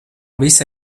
visa